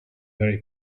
very